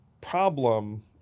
problem